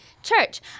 Church